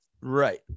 Right